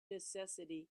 necessity